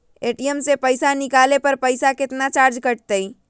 ATM से पईसा निकाले पर पईसा केतना चार्ज कटतई?